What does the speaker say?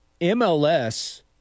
MLS